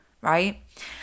right